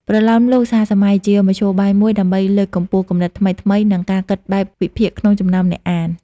ប្រលោមលោកសហសម័យជាមធ្យោបាយមួយដើម្បីលើកកម្ពស់គំនិតថ្មីៗ និងការគិតបែបវិភាគក្នុងចំណោមអ្នកអាន។